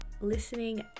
listening